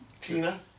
Tina